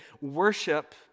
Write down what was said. worship